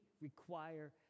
require